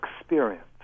experience